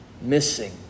Missing